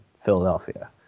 Philadelphia